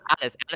Alice